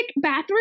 bathroom